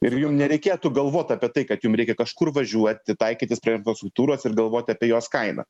ir jum nereikėtų galvot apie tai kad jum reikia kažkur važiuoti taikytis prie infrastruktūros ir galvoti apie jos kainą